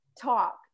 talk